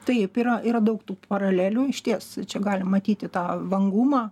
taip yra yra daug tų paralelių išties čia galim matyti tą vangumą